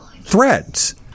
threads